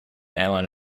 airline